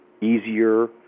easier